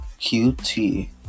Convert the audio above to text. QT